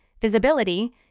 visibility